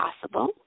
possible